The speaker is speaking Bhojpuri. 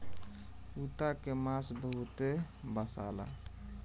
कुता के मांस बहुते बासाला